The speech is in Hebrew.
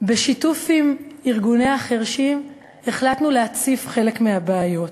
בשיתוף עם ארגוני החירשים החלטנו להציף חלק מהבעיות,